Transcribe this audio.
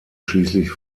schließlich